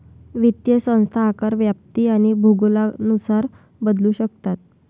वित्तीय संस्था आकार, व्याप्ती आणि भूगोलानुसार बदलू शकतात